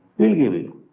he'll give you.